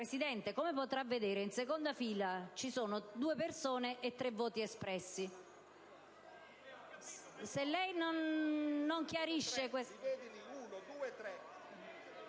Presidente, come potrà vedere, in seconda fila ci sono due colleghi presenti e tre voti espressi.